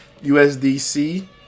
USDC